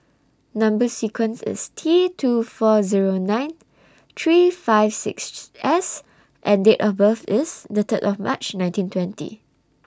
Number sequence IS T two four Zero nine three five sixes S and Date of birth IS The Third of March nineteen twenty